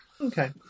Okay